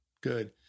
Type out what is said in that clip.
good